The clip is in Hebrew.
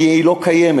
כי היא לא קיימת.